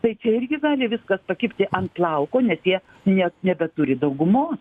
tai čia irgi gali viskas pakibti ant plauko nes jie ne nebeturi daugumos